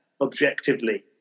objectively